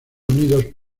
unidos